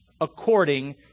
according